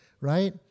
right